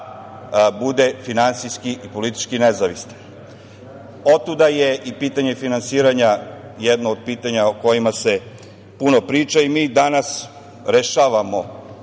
bude finansijski i politički nezavistan. Otuda je i pitanje finansiranja jedno od pitanja o kojima se puno priča i mi danas rešavamo,